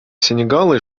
сенегала